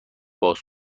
باز